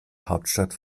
hauptstadt